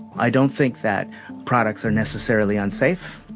i don't think that products are necessarily unsafe.